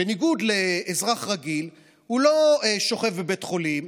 בניגוד לאזרח רגיל, הוא לא שוכב בבית חולים.